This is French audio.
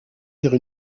dire